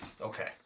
Okay